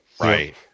right